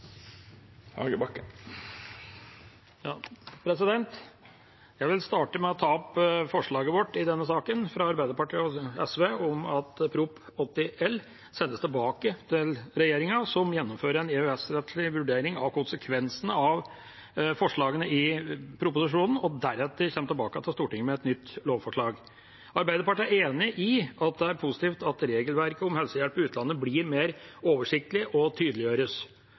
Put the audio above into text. Jeg vil starte med å ta opp forslaget fra Arbeiderpartiet og SV i denne saken: «Prop. 80 L sendes tilbake til regjeringen, som gjennomfører en EØS-rettslig vurdering av konsekvensene av forslagene i proposisjonen, og deretter kommer tilbake til Stortinget med et nytt lovforslag.» Arbeiderpartiet er enig i at det er positivt at regelverket om helsehjelp i utlandet blir mer oversiktlig og tydeliggjøres,